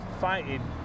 Fighting